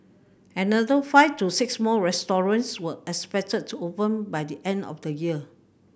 another five to six more restaurants were expected to open by the end of the year